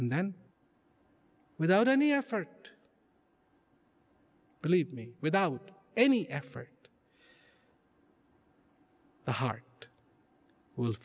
and then without any effort believe me without any effort the heart w